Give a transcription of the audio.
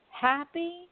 happy